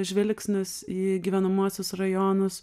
žvilgsnis į gyvenamuosius rajonus